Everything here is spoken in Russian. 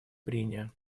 прения